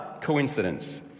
coincidence